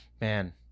Man